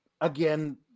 again